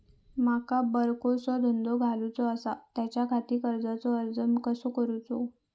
माका बारकोसो धंदो घालुचो आसा त्याच्याखाती कर्जाचो अर्ज कसो करूचो?